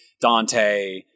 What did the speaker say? dante